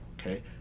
Okay